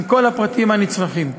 עם כל הפרטים הנצרכים.